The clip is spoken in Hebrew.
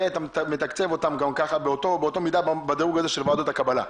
אתה מתקצב אותם ככה באותה מידה בדרוג הזה של ועדת הקבלה.